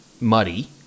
muddy